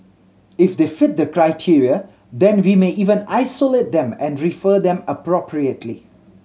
if they fit the criteria then we may even isolate them and refer them appropriately